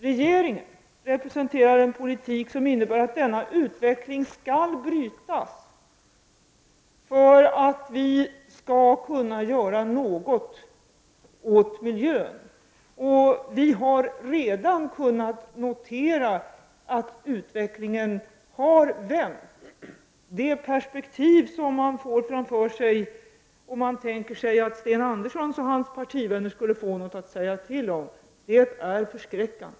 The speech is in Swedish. Regeringen representerar en politik som innebär att denna utveckling skall brytas för att vi skall kunna göra något åt miljön. Vi har redan kunnat notera att utvecklingen har vänt. Det perspektiv som man får framför sig om Sten Andersson och hans parti skulle få någonting att säga till om är förskräckande.